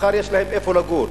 מחר יש להם איפה לגור.